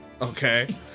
Okay